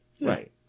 Right